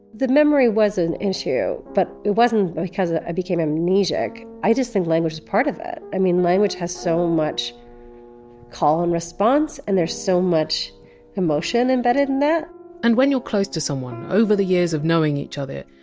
the memory was an issue but it wasn't because ah i became amnesiac. i just think language is a part of it. i mean, language has so much call and response and there's so much emotion embedded in that and when you! re close to someone, over the years of knowing each other,